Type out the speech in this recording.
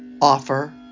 offer